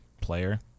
player